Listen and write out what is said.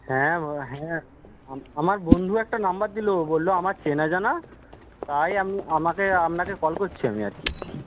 হ্যাঁ হ্যাঁ আমার বন্ধু একটা নম্বর দিল বলল আমার চেনাজানা তাই আমি আমাকে আপনাকে কল করছি আমি আর কি